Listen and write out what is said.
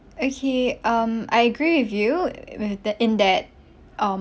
okay um I agree with you with the in that um